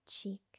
cheek